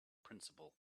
principle